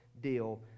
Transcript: deal